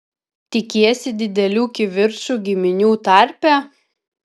tikiesi didelių kivirčų giminių tarpe